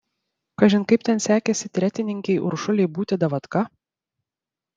kažin kaip ten sekėsi tretininkei uršulei būti davatka